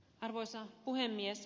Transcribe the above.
arvoisa puhemies